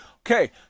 Okay